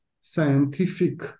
scientific